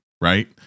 right